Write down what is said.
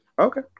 Okay